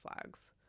flags